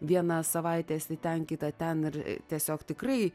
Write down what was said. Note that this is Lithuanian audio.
vieną savaitę esi ten kitą ten ir tiesiog tikrai